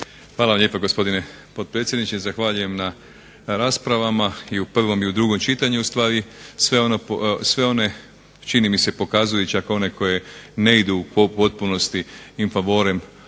Hvala vam lijepa gospodine potpredsjedniče. Zahvaljujem na raspravama i u prvom i u drugom čitanju. Ustvari sve one čini mi se pokazuju i čak one koje ne idu u potpunosti in favorem